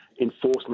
enforcement